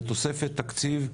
ותוספת תקציב,